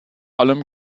allem